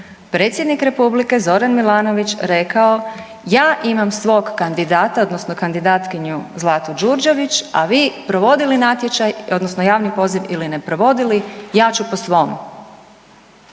predsjednik Republike Zoran Milanović rekao ja imam svog kandidata, odnosno kandidatkinju Zlatu Đurđević a vi provodili natječaj, odnosno javni poziv ili ne provodili ja ću po svom.